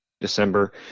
December